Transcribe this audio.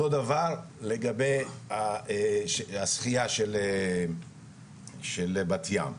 אותו הדבר לגבי השחייה של בת-ים.